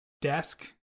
desk